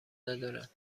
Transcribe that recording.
ندارد